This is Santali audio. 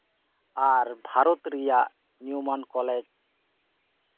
ᱟᱨ ᱵᱷᱟᱨᱚᱛ ᱨᱮᱭᱟᱜ ᱧᱩᱢᱟᱱ ᱠᱚᱞᱮᱡ